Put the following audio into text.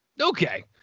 Okay